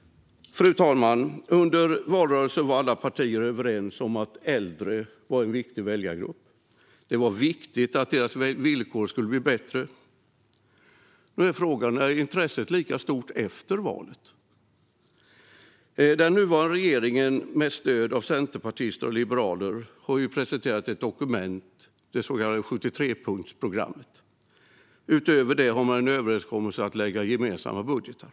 Fru talman! Under valrörelsen var alla partier överens om att äldre var en viktig väljargrupp. Det var viktigt att deras villkor skulle bli bättre. Nu är frågan: Är intresset lika stort efter valet? Den nuvarande regeringen med stöd av centerpartister och liberaler har presenterat ett dokument, det så kallade 73-punktsprogrammet. Utöver det har man en överenskommelse om att lägga fram gemensamma budgetar.